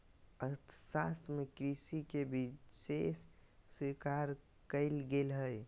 अर्थशास्त्र में कृषि के विशेष स्वीकार कइल गेल हइ